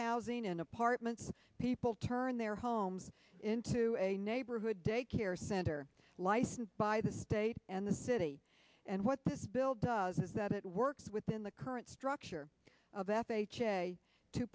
housing and apartments people turn their homes into a neighborhood daycare center licensed by the state and the city and what this bill does is that it works within the current structure of f